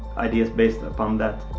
ideas based upon that.